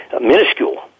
minuscule